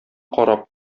карап